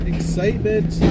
Excitement